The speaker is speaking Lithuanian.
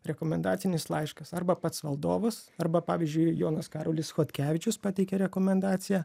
rekomendacinis laiškas arba pats valdovas arba pavyzdžiui jonas karolis chodkevičius pateikia rekomendaciją